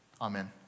amen